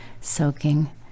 soaking